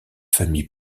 famille